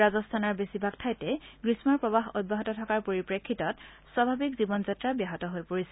ৰাজস্তানৰ বেছি ভাগ ঠাইতে গ্ৰীম্ম প্ৰৱাহ অব্যাহত থকাৰ পৰিপ্ৰেক্ষিত স্বাভাৱিক জীৱন যাত্ৰা ব্যাহত হৈ পৰিছে